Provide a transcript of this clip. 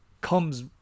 comes